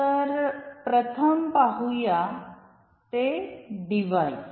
तर प्रथम पाहू या ते डिव्हाइस